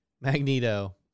magneto